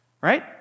Right